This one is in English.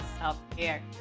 self-care